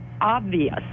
obvious